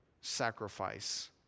sacrifice